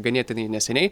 ganėtinai neseniai